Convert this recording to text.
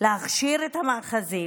להכשיר את המאחזים,